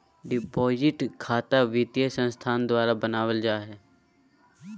deposit खता वित्तीय संस्थान द्वारा बनावल जा हइ